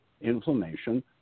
inflammation